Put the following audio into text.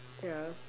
ya